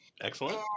excellent